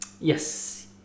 yes